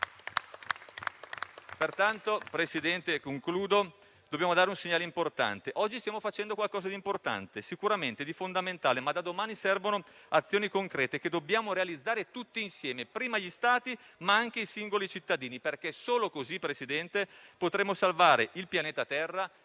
Pertanto, Presidente, ritengo, in conclusione che sia necessario dare un segnale importante. Oggi stiamo facendo qualcosa di importante e sicuramente di fondamentale, ma da domani servono azioni concrete che dobbiamo realizzare tutti insieme, gli Stati, ma anche i singoli cittadini. Solo così, Presidente, potremo salvare il pianeta Terra e con esso